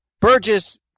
Burgess